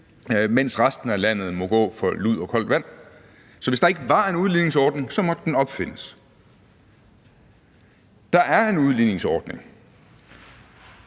mens resten af landet må gå for lud og koldt vand. Hvis der ikke var en udligningsordning, måtte den opfindes. Der er en udligningsordning.